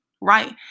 right